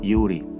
Yuri